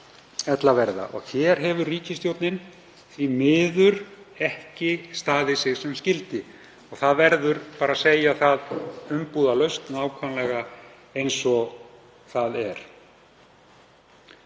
sem ella verða. Hér hefur ríkisstjórnin því miður ekki staðið sig sem skyldi. Það verður bara að segja umbúðalaust, nákvæmlega eins og það er.